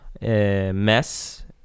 mess